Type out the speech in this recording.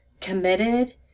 committed